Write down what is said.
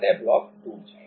अतः ब्लॉक डूब जाएगा